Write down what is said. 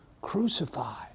crucified